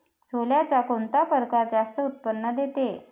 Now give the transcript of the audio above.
सोल्याचा कोनता परकार जास्त उत्पन्न देते?